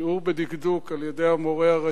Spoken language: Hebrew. שיעור בדקדוק על-ידי המורה הראשי.